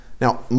Now